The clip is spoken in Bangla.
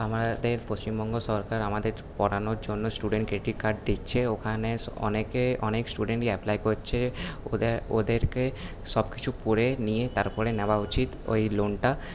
আমাদের পশ্চিমবঙ্গ সরকার আমাদের পড়ানোর জন্য স্টুডেন্ট ক্রেডিট কার্ড দিচ্ছে ওখানে অনেকে অনেক স্টুডেন্টই অ্যাপ্লাই করছে ওদেরকে সব কিছু পড়ে নিয়ে তারপরে নেওয়া উচিৎ ওই লোনটা